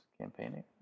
campaigning